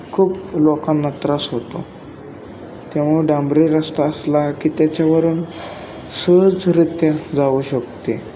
खूप लोकांना त्रास होतो त्यामुळं डांबरी रस्ता असला की त्याच्यावरून सहजरीत्या जाऊ शकते